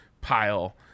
pile